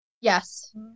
Yes